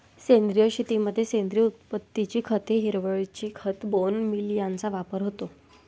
सेंद्रिय शेतीमध्ये सेंद्रिय उत्पत्तीची खते, हिरवळीचे खत, बोन मील यांचा वापर होतो